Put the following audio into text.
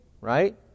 Right